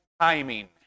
timing